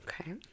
okay